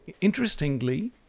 interestingly